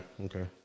Okay